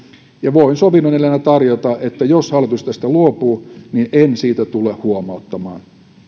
voin sovinnon eleenä tarjota että jos hallitus tästä luopuu niin en siitä tule huomauttamaan